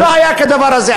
לא היה כדבר הזה.